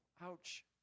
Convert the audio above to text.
ouch